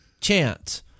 chance